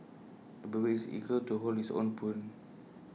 the baby is eager to hold his own spoon